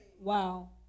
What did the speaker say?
Wow